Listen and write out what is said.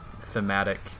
thematic